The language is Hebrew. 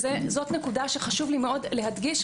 זו נקודה שחשוב לי להדגיש,